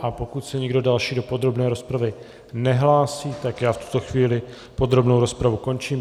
A pokud se nikdo další do podrobné rozpravy nehlásí, tak já v tuto chvíli podrobnou rozpravu končím.